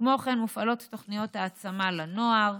כמו כן מופעלות תוכניות העצמה לנוער.